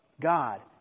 God